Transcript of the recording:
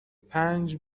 پنج